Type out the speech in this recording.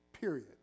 Period